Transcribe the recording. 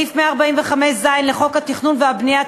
סעיף 145(ז) לחוק התכנון והבנייה,